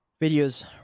videos